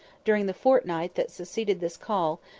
during the fortnight that succeeded this call,